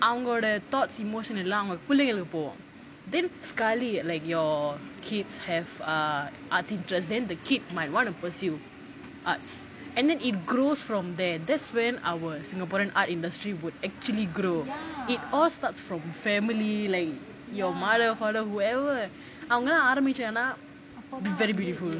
அவங்க ஓட:avanga oda thought emotion அவங்க புள்ளைங்க உள்ள போகும்:avanga pulaninga ulla pogum then scarly like your kids have err arts interest then the kid might want to pursue arts and then it grows from there that's when our singaporean art industry would actually grow it all starts from family like from mother father whoever வாங்கலாம் ஆரம்பிச்சாங்கன்னா:avangalaam aarambichanganaa it'll be beautiful